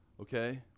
okay